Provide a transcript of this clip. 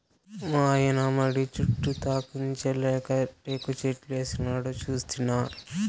మాయన్న మడి చుట్టూతా కంచెలెక్క టేకుచెట్లేసినాడు సూస్తినా